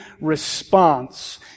response